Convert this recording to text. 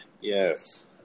Yes